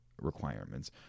requirements